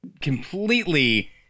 completely